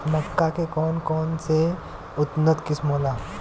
मक्का के कौन कौनसे उन्नत किस्म होला?